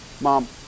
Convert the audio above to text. Mom